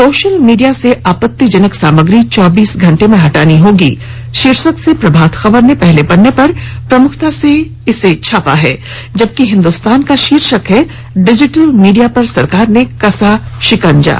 social media से आपत्तिजनक सामग्री चौबीस घंटे में हटानी होगी शीर्षक से प्रभात खबर ने पहले पन्ने पर प्रमुखता से खबर को प्रकाशित किया है जबकि हिन्दुस्तान का शीर्षक है डिजीटल मीडिया पर सरकार ने कसा शिकंजा